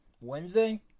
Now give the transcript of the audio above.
Wednesday